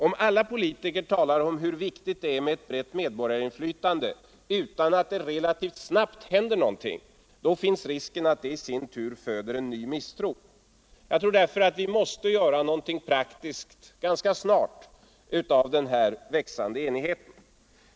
Om alla politiker talar om hur viktigt det är med ett brett medborgarinflytande utan att det relativt snabbt händer någonting, finns risken att detta i sin tur föder en ny misstro. Jag tror därför att vi ganska snart måste göra någonting praktiskt av denna växande enighet.